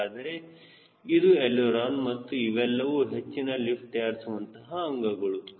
ಹಾಗಾದರೆ ಇದು ಎಳಿರೋನ ಮತ್ತು ಇವೆಲ್ಲವೂ ಹೆಚ್ಚಿನ ಲಿಫ್ಟ್ ತಯಾರಿಸುವಂತಹ ಅಂಗಗಳು